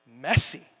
messy